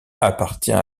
appartient